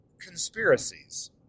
conspiracies